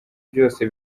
byose